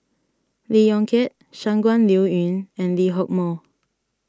Lee Yong Kiat Shangguan Liuyun and Lee Hock Moh